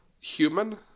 human